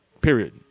period